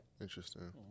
Interesting